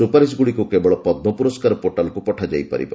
ସୁପାରିଶଗୁଡ଼ିକୁ କେବଳ ପଦ୍ମ ପୁରସ୍କାର ପୋର୍ଟାଲ୍କୁ ପଠାଯାଇ ପାରିବ